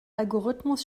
algorithmus